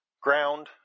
ground